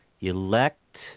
elect –